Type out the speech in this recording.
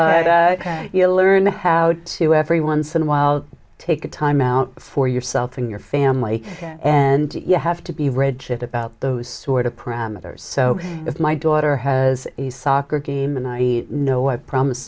you learn how to every once in a while take a time out for yourself and your family and you have to be read shit about those sort parameters so if my daughter has a soccer game and i know i promise